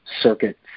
circuit